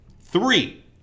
Three